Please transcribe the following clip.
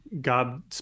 God